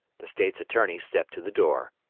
the state's attorney stepped to the door.